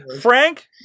Frank